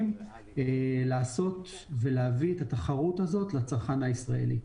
וערוכים לעשות ולהביא את התחרות הזאת לצרכן הישראלי.